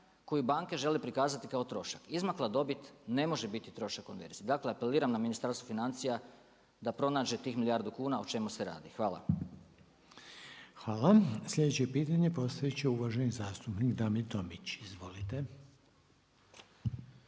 koju banke žele prikazati kao trošak. Izmakla dobit ne može biti trošak konverzije. Dakle apeliram na Ministarstvo financija da pronađe tih milijardu kuna o čemu se radi. Hvala. **Reiner, Željko (HDZ)** Hvala. Sljedeće pitanje postavit će uvaženi zastupnik Damir Tomić. Izvolite.